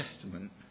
Testament